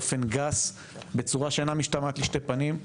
באופן גס בצורה שאינה משתמעת לשני פנים,